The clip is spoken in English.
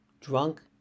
drunk